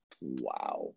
Wow